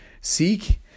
Seek